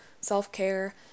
self-care